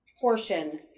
portion